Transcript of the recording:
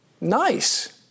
Nice